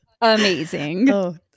Amazing